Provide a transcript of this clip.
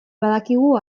badakigu